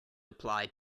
applied